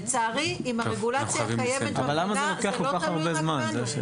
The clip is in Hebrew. לצערי עם הרגולציה הקיימת במדינה זה לא תלוי רק בנו.